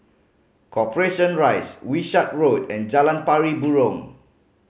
Corporation Rise Wishart Road and Jalan Pari Burong